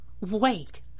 Wait